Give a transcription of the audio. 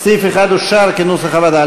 סעיף 1 אושר כנוסח הוועדה.